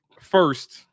first